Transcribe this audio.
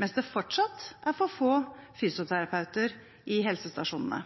mens det fortsatt er for få fysioterapeuter i helsestasjonene.